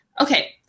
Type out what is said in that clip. Okay